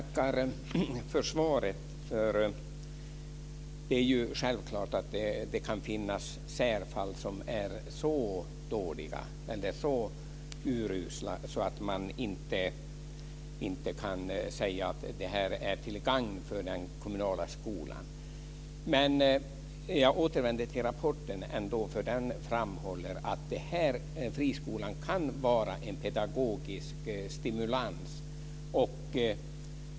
Fru talman! Jag tackar för svaret. Det är självklart att det kan finnas särfall som är så dåliga eller så urusla att man inte kan säga att de är till gagn för den kommunala skolan. Jag återvänder ändå till ESO-rapporten, för där framhålls att friskolan kan vara en pedagogisk stimulans.